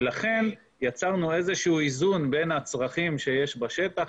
ולכן יצרנו איזון בין הצרכים שיש בשטח